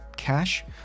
Cash